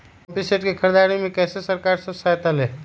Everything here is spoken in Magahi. पम्पिंग सेट के ख़रीदे मे कैसे सरकार से सहायता ले?